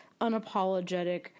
unapologetic